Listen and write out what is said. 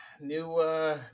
new